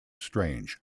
strange